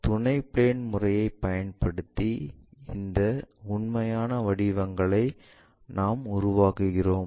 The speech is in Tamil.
துணை பிளேன் முறையைப் பயன்படுத்தி இந்த உண்மையான வடிவங்களை நாங்கள் உருவாக்குகிறோம்